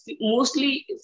mostly